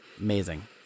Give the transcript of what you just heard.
Amazing